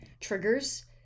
triggers